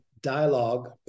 dialogue